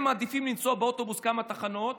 הם מעדיפים לנסוע באוטובוס כמה תחנות